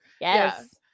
yes